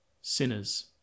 sinners